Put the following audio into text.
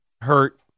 Hurt